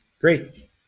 Great